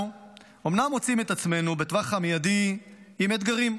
אומנם בטווח המיידי אנחנו מוצאים את עצמנו עם אתגרים,